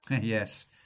Yes